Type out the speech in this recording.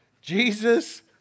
Jesus